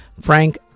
Frank